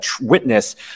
witness